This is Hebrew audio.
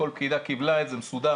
פקידה קיבלה את זה מסודר,